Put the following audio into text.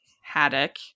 Haddock